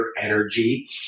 energy